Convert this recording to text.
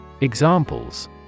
examples